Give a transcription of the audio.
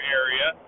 area